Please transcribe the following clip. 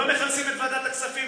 לא מכנסים את ועדת הכספים.